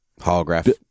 holographic